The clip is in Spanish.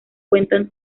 cuentan